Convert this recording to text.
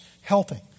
helping